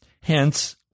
Hence